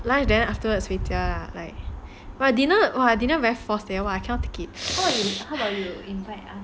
lunch then afterwards then 回家 ah like !wah! dinner !wah! didn't very forced leh I cannot take it